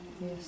Yes